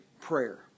prayer